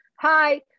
Hi